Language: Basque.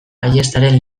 ayestaren